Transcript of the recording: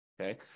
Okay